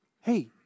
Hey